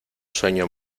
sueño